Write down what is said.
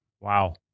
Wow